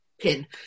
pin